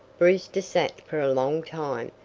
brewster sat for a long time,